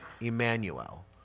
Emmanuel